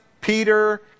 Peter